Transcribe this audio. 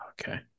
okay